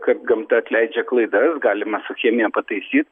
kad gamta atleidžia klaidas galima su chemija pataisy